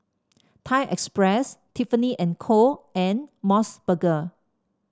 Thai Express Tiffany And Co and MOS burger